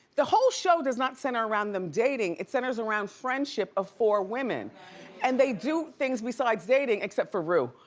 the whole show does not center around them dating. it centers around friendship of four women and they do things besides dating, except for rue.